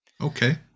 Okay